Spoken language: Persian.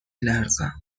لرزم